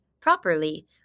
properly